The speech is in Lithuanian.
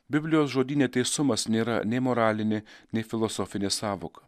biblijos žodyne teisumas nėra nei moralinė nei filosofinė sąvoka